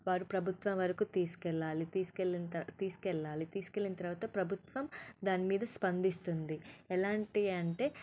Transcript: వారు ప్రభుత్వం వరకు తీసుకెళ్ళాలి తీసుకెళ్ళిన తీసుకెళ్ళాలి తీసుకెళ్ళిన తర్వాత ప్రభుత్వం దాని మీద స్పందిస్తుంది ఎలాంటి అంటే